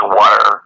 water